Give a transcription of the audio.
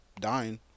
dying